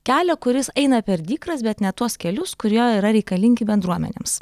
kelią kuris eina per dykras bet ne tuos kelius kurie yra reikalingi bendruomenėms